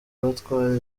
batwara